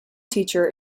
teacher